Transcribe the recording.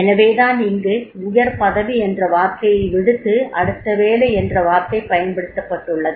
எனவே தான் இங்கு 'உயர் பதவி' என்ற வார்த்தையை விடுத்து 'அடுத்த வேலை' என்ற வார்த்தை பயன்படுத்தப்பட்டுள்ளது